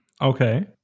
okay